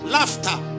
Laughter